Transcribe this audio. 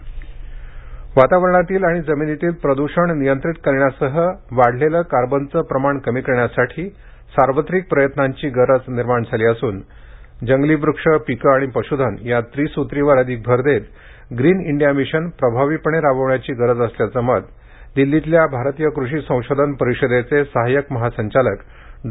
green India mission वातावरणातील आणि जमिनीतील प्रद्षण नियंत्रित करण्यासह वाढलेले कार्बनचे प्रमाण कमी करण्यासाठी सार्वत्रिक प्रयत्नांची गरज निर्माण झाली असून जंगली वृक्ष पिके आणि पशुधन या त्रिसूत्रीवर अधिक भर देत ग्रीन इंडिया मिशन प्रभावीपणे राबविण्याची गरज असल्याचे मत दिल्लीतल्या भारतीय कृषी संशोधन परिषदेचे सहाय्यक महासंचालक डॉ